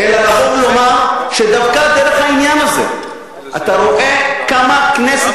אלא לבוא ולומר שדווקא דרך העניין הזה אתה רואה כמה כנסת